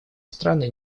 страны